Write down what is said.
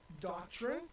doctrine